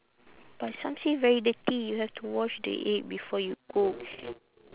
but some say very dirty you have to wash the egg before you cook